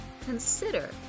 consider